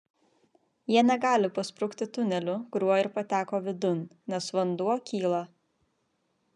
jie negali pasprukti tuneliu kuriuo ir pateko vidun nes vanduo kyla